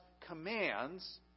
commands